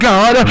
God